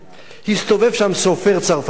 הסתובב שם סופר צרפתי,